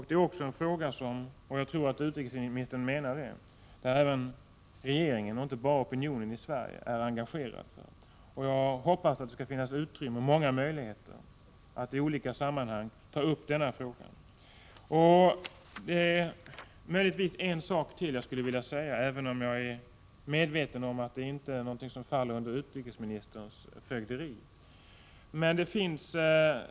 Det är också en fråga som — jag tror att utrikesministern menar det — även regeringen, inte bara opinionen i Sverige, är engageradi. Jag hoppas att det skall finnas stort utrymme och många möjligheter att i olika sammanhang ta upp denna fråga. Det är möjligtvis en sak till som jag skulle vilja säga, även om jag är medveten om att det inte är någonting som faller under utrikesministerns fögderi.